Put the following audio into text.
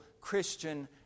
Christian